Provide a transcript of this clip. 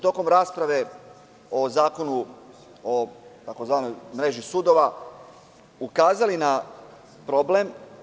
Tokom rasprave o Zakonu o tzv. mreži sudova ukazali smo na problem.